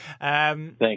thank